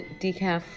decaf